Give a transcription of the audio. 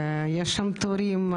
ויש שם תורים,